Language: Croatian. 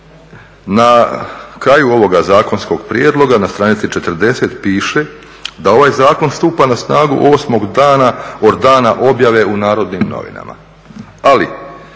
Na kraju ovoga zakonskoga prijedloga na str. 40 da ovaj Zakon stupa na snagu 8.-og dana od dana objave u Narodnim novinama.